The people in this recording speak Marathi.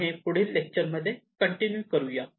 आपण हे पुढील लेक्चर मध्ये कंटिन्यू करूयात